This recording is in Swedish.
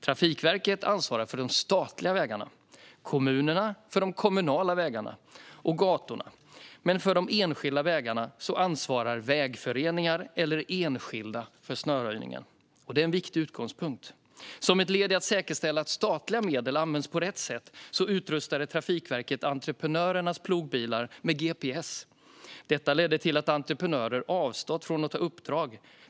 Trafikverket ansvarar för de statliga vägarna, kommunerna för de kommunala vägarna och gatorna. Men för de enskilda vägarna ansvarar vägföreningar eller enskilda för snöröjningen. Det är en viktig utgångspunkt. Som ett led i att säkerställa att statliga medel används på rätt sätt utrustade Trafikverket entreprenörernas plogbilar med gps. Detta ledde till att entreprenörer avstod från att ta uppdrag.